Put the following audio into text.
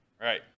right